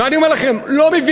ואני אומר לכם, לא מבין.